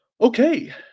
Okay